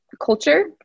culture